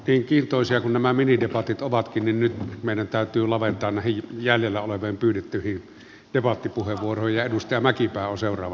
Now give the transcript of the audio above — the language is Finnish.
niin kiintoisia kuin nämä minidebatit ovatkin niin nyt meidän täytyy laventaa näihin jäljellä oleviin pyydettyihin debattipuheenvuoroihin ja edustaja mäkipää on seuraavana vuorossa